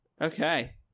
Okay